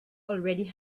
already